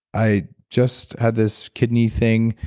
i just had this kidney thing.